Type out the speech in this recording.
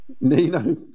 Nino